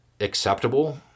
acceptable